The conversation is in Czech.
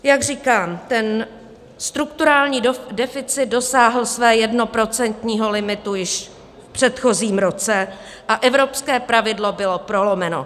Jak říkám, strukturální deficit dosáhl svého jednoprocentního limitu již v předchozím roce a evropské pravidlo bylo prolomeno.